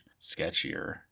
sketchier